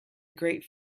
great